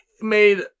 made